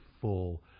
full